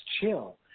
chill